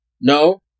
No